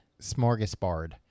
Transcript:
Smorgasbord